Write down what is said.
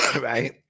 right